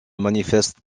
manifeste